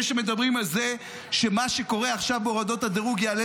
מדברים על זה שמה שקורה עכשיו בהורדות הדירוג יעלה